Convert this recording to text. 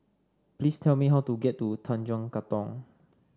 please tell me how to get to Tanjong Katong